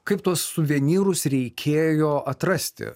kaip tuos suvenyrus reikėjo atrasti